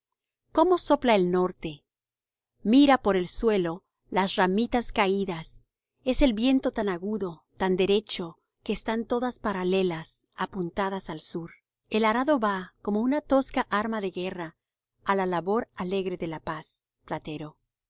cómo sopla el norte mira por el suelo las ramitas caídas es el viento tan agudo tan derecho que están todas paralelas apuntadas al sur el arado va como una tosca arma de guerra á la labor alegre de la paz platero